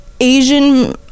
asian